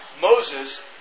Moses